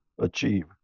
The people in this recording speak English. achieve